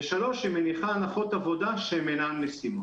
ושלוש, היא מניחה הנחות עבודה שהן אינן ישימות.